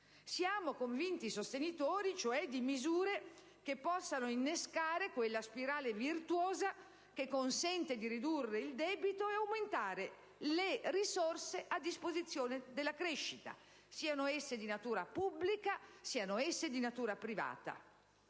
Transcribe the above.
siamo convinti sostenitori, cioè, di misure che possano innescare quella spirale virtuosa che consente di ridurre il debito e aumentare le risorse a disposizione per la crescita, siano esse di natura pubblica, siano esse di natura privata,